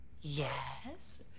Yes